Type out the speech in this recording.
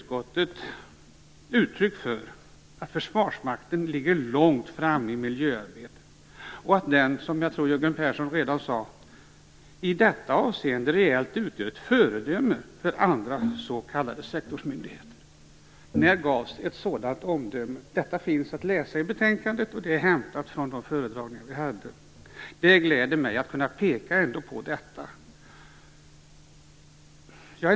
Man gav uttryck för att Försvarsmakten ligger långt framme i miljöarbetet och att den i detta avseende utgör, som jag tror att Jörgen Persson sade, ett föredöme för andra s.k. sektorsmyndigheter. När gavs ett sådant omdöme senast? Detta finns att läsa i betänkandet. Det är hämtat från de föredragningar som vi hade. Det gläder mig att jag kan peka på detta.